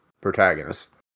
protagonist